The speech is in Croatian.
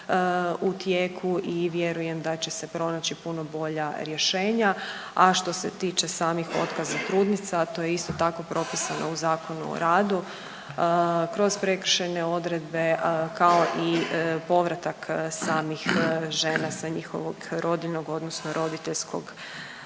u tijeku i vjerujem da će se pronaći puno bolja rješenja, a što se tiče samih otkaza trudnica, to je isto tako, propisano u Zakonu o radu kroz prekršajne odredbe, kao i povratak samih žena sa njihovog rodiljnog odnosno roditeljskog